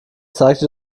zeigte